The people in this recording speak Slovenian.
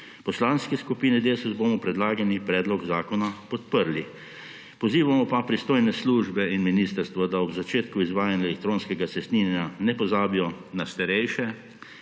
Poslanski skupini Desus bomo predlagani predlog zakona podprli. Pozivamo pa pristojne službe in ministrstvo, da ob začetku izvajanja elektronskega cestninjenja ne pozabijo na starejše